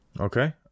Okay